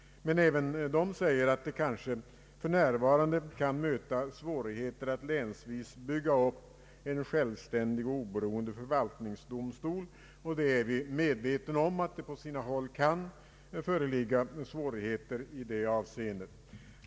Men = detta landsting säger även att det för närvarande kan möta svårigheter att länsvis bygga upp en självständig och oberoende förvaltningsdomstol. Vi är medvetna om att det på sina håll kan föreligga svårigheter i det avseendet.